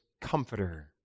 Comforter